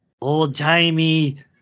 old-timey